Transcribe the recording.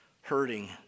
hurting